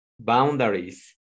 boundaries